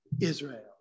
Israel